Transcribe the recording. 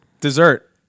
dessert